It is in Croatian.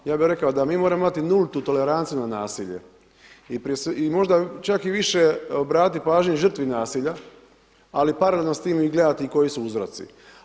Ja bih rekao da mi moramo imati nultu toleranciju na nasilje i možda čak i više obratiti pažnju žrtvi nasilja, ali paralelno s tim gledati koji su uzroci.